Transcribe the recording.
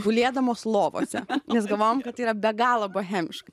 gulėdamos lovose nes galvojom kad tai yra be galo bohemiška